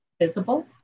visible